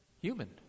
Human